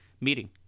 meeting